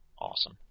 Awesome